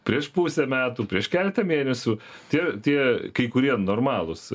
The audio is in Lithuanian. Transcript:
prieš pusę metų prieš keletą mėnesių tie tie kai kurie normalūs